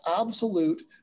absolute